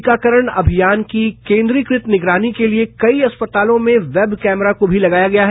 टीकाकरण अमियान की केन्द्रीकृत निगरानी के लिए कई अस्पतालों में वेब कैमरा को भी लगाया गया है